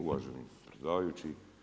Uvaženi predsjedavajući.